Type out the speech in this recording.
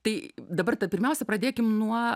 tai dabar ta pirmiausia pradėkim nuo